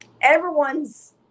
Everyone's